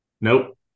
nope